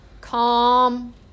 Calm